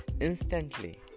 instantly